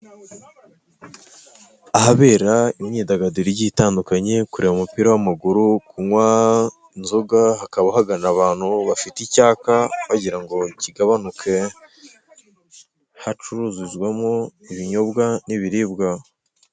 Ahabera imyidagaduro igiye itandukanye kureba umupira w'amaguru, kunywa inzoga, hakaba hagana abantu bafite icyaka bagira ngo kigabanuke hacururizwamo ibinyobwa n'ibiribwa.